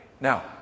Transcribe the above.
Now